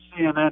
CNN